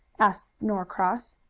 asked norcross.